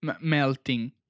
melting